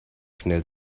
schnell